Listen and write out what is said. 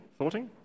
Thoughting